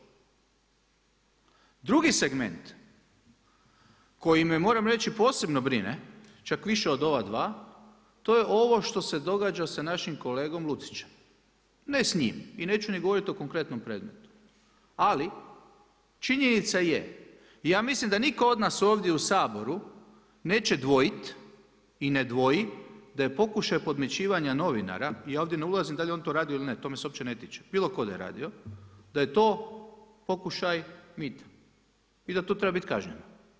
Drugi segment koji me moram reći posebno brine, čak više od ova dva, to je ovo što se događa sa našim kolegom Lucićem, ne s njim i neću ni govoriti o konkretnom predmetu, ali činjenica je i ja mislim da nitko od nas ovdje u Saboru neće dvojiti i ne dvoji da je pokušaj podmićivanja novinara, ja ovdje ne ulazim da li je on to radio ili ne, to me se uopće ne tiče bilo tko da je radio, da je to pokušaj mita i da tu treba biti kažnjeno.